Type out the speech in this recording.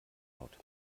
laut